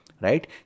right